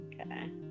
Okay